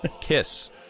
Kiss